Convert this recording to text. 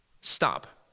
stop